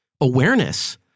awareness